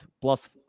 plus